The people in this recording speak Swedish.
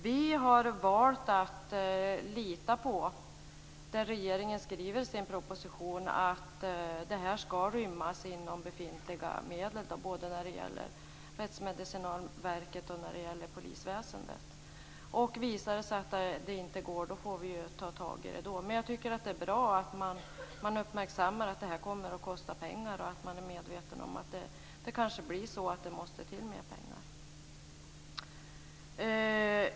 Vi har valt att lita på det regeringen skriver i sin proposition om att detta skall rymmas inom befintliga medel, både när det gäller Rättsmedicinalverket och när det gäller polisväsendet. Visar det sig att det inte går får vi ta tag i det då. Jag tycker att det är bra att man uppmärksammar att det kommer att kosta pengar och att man är medveten om att det kanske måste till mer pengar.